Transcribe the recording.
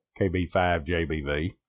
KB5JBV